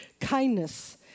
kindness